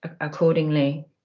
accordingly